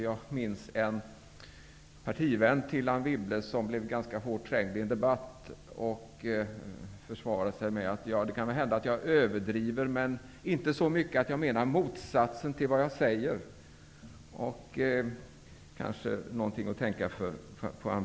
Jag minns en partivän till Anne Wibble som blev ganska hårt trängd i en debatt och försvarade sig med följande förklaring: Det kan väl hända att jag överdriver, men inte så mycket att jag menar motsatsen till vad jag säger. Det kanske är något för Anne Wibble att tänka på.